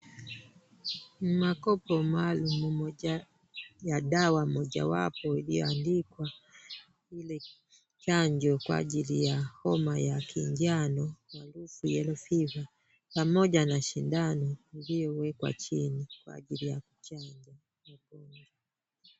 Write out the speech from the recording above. Makopo maalum ya dawa mojawapo iliyoandikwa ile chanjo kwa ajili ya homa ya kinjano maarufu yellow fever pamoja na sindano iliyowekwa chini kwa ajili ya kuchanja wagonjwa.